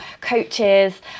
coaches